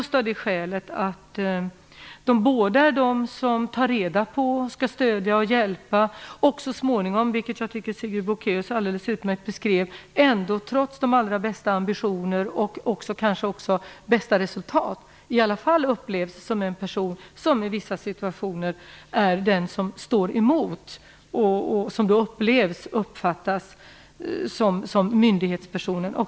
Socialsekreteraren både skall ta reda på, stödja och hjälpa, och så småningom - vilket jag tycker Sigrid Bolkéus alldeles utmärkt beskrev - ändå, trots bästa ambitioner och kanske också bästa resultat, i alla fall upplevs som en person som i vissa situationer är den som står emot och som då upplevs som myndighetspersonen.